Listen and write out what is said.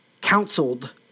counseled